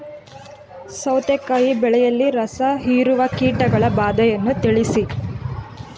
ಸೌತೆಕಾಯಿ ಬೆಳೆಯಲ್ಲಿ ರಸಹೀರುವ ಕೀಟಗಳ ಬಾಧೆಯನ್ನು ತಿಳಿಸಿ?